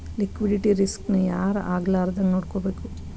Liquidity risk ನ ಯಾರ್ ಆಗ್ಲಾರ್ದಂಗ್ ನೊಡ್ಕೊಬೇಕು?